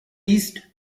east